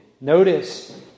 Notice